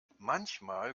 manchmal